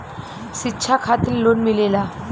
शिक्षा खातिन लोन मिलेला?